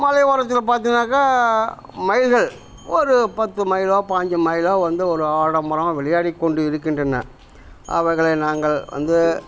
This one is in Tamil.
மலை ஓரத்தில் பார்த்திங்கன்னாக்கா மயில்கள் ஒரு பத்து மயிலோ பாஞ்சு மயிலோ வந்து ஒரு ஆடம்பரமாக விளையாடிக் கொண்டிருக்கின்றன அவைகளை நாங்கள் வந்து